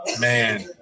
man